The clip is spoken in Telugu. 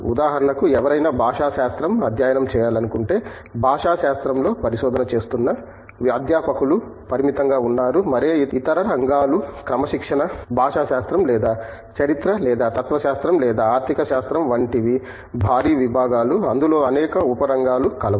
ఉదాహరణకు ఎవరైనా భాషాశాస్త్రం అధ్యయనం చేయాలనుకుంటే భాషాశాస్త్రంలో పరిశోధన చేస్తున్న అధ్యాపకులు పరిమితంగా ఉన్నారు మరే ఇతర రంగాలు క్రమశిక్షణా భాషాశాస్త్రం లేదా చరిత్ర లేదా తత్వశాస్త్రం లేదా ఆర్థికశాస్త్రం వంటివి భారీ విభాగాలు అందులో అనేక ఉప రంగాలు కలవు